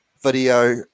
video